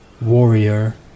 warrior